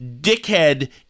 dickhead